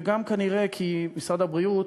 וגם כנראה כי משרד הבריאות